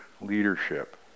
leadership